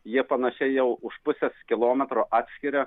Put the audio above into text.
jie panašiai jau už pusės kilometro atskiria